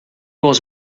was